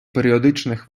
періодичних